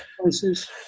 places